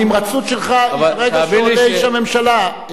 הנמרצות שלך ברגע שעולה איש הממשלה,